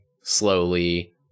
slowly